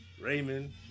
Raymond